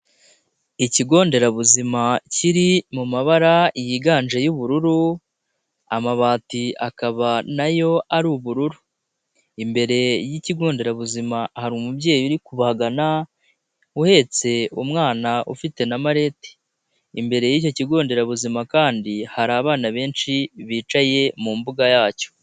Ikigo nderabuzima kiri mu mabara yiganje y'ubururu, amabati akaba na yo ari ubururu, imbere y'ikigo nderabuzima hari umubyeyi uri kubagan,a uhetse umwana ufite na malete, imbere y'icyo kigo nderabuzima kandi hari abana benshi bicaye mu mbuga yacyo.